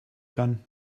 gun